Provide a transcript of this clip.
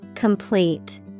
Complete